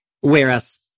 Whereas